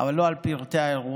אבל לא על פרטי האירוע,